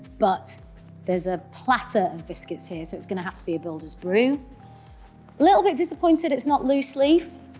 but there's a platter of biscuits here. so, it's going to have to be a builder's brew. a little bit disappointed it's not loose leaf.